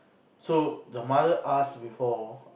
so the mother ask before